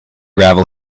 gravel